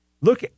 Look